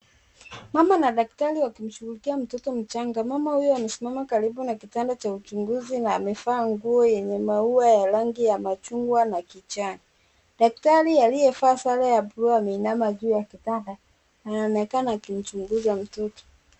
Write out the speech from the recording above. Mama na daktari wakimshughulikia mtoto mchanga, mama huyo amesimama karibu na kitanda cha uchunguzi na amevaa nguo yenye maua ya rangi ya machungwa na kijani, daktari aliyevalia sare za buluu ameinama juu ya kitanda anaonekana akimchunguza mtoto.